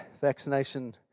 vaccination